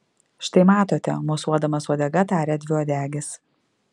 štai matote mosuodamas uodega tarė dviuodegis